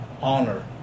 honor